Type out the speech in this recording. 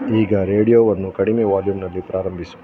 ಈಗ ರೇಡಿಯೊವನ್ನು ಕಡಿಮೆ ವಾಲ್ಯೂಮ್ನಲ್ಲಿ ಪ್ರಾರಂಭಿಸು